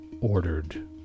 ordered